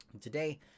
Today